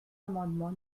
amendement